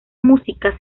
música